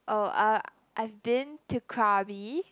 oh uh I've been to Krabi